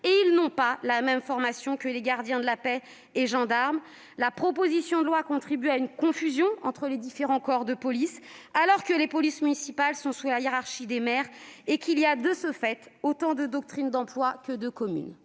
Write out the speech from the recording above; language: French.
et ils n'ont pas la même formation que les gardiens de la paix et les gendarmes. Cette proposition de loi contribue à une confusion entre les différents corps de police, alors que les polices municipales sont sous la hiérarchie des maires et qu'il y a, de ce fait, autant de doctrines d'emploi que de communes.